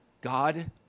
God